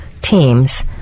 teams